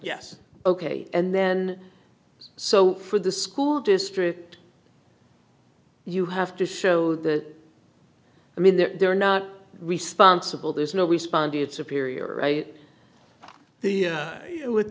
yes ok and then so for the school district you have to show that i mean they're not responsible there's no responded superior right the with